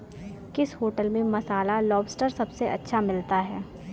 किस होटल में मसाला लोबस्टर सबसे अच्छा मिलता है?